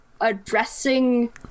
addressing